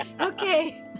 Okay